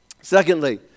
Secondly